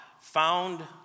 found